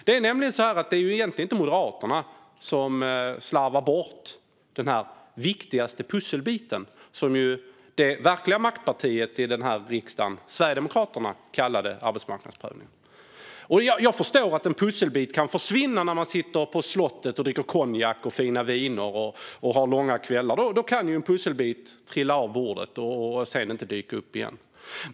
Det är egentligen inte Moderaterna som slarvar bort den viktigaste pusselbiten, som det verkliga maktpartiet i riksdagen, Sverigedemokraterna, kallar arbetsmarknadsprövning. Jag förstår att en pusselbit kan försvinna när man sitter långa kvällar på slottet med konjak och fina viner. Då kan en pusselbit trilla av bordet och sedan inte dyka upp igen.